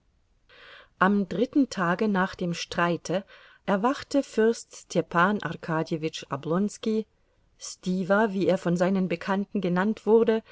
am dritten tage nach dem streite erwachte fürst stepan arkadjewitsch oblonski stiwa wie er von seinen bekannten genannt wurde